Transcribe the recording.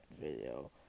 video